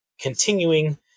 continuing